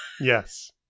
Yes